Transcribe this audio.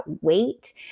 weight